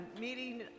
meeting